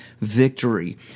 victory